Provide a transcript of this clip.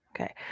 okay